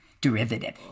derivative